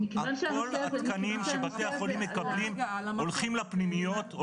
כל התקנים שבתי החולים מקבלים הולכים לפנימיות,